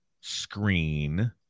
screen